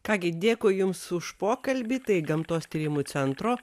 ką gi dėkui jums už pokalbį tai gamtos tyrimų centro